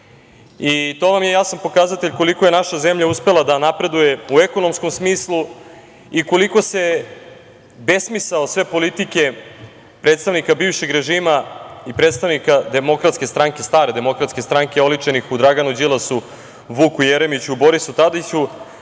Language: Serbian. vam je jasan pokazatelj koliko je naša zemlja uspela da napreduje u ekonomskom smislu i koliko se besmisao politike predstavnika bivšeg režima i predstavnika DS, stare DS oličenih u Draganu Đilasu, Vuku Jeremiću, Borisu Tadiću,